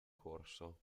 corso